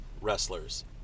wrestlers